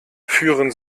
führen